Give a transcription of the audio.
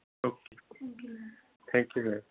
okay thank you ma'am